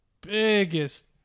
biggest